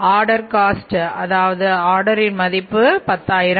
ஆர்டரின் மதிப்பு 10000